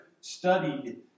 studied